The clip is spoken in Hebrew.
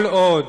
כל עוד